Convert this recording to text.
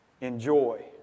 enjoy